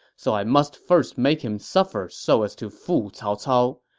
so i must first make him suffer so as to fool cao cao.